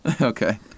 Okay